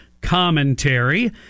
commentary